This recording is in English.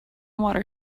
water